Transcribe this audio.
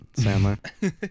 Sandler